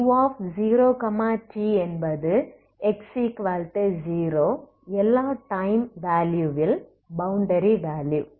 u0t என்பது x0 எல்லா time வேலுயுவில் பௌண்டரி வேலுயு